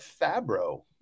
Fabro